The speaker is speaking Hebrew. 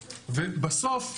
בסוף,